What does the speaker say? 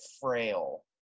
frail